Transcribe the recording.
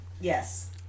Yes